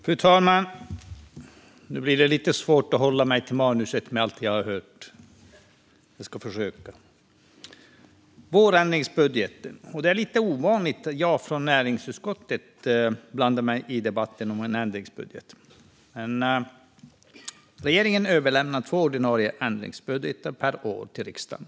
Fru talman! Nu blir det lite svårt att hålla mig till manuset efter allt jag har hört. Men jag ska försöka. Debatten handlar om vårändringsbudgeten. Det är lite ovanligt att jag från näringsutskottet blandar mig i debatten om ändringsbudgeten. Regeringen överlämnar två förslag till ordinarie ändringsbudget per år till riksdagen.